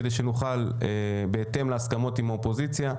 כדי שנוכל בהתאם להסכמות עם האופוזיציה,